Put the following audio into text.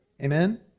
Amen